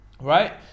right